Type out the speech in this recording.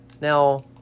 Now